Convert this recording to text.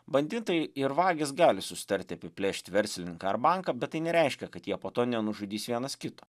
banditai ir vagys gali susitarti apiplėšti verslininką ar banką bet tai nereiškia kad jie po to nenužudys vienas kito